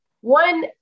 One